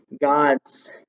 God's